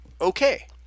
okay